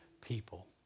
people